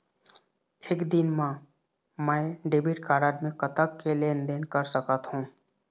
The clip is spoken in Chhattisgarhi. एक दिन मा मैं डेबिट कारड मे कतक के लेन देन कर सकत हो?